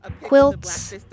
Quilts